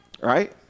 Right